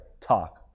talk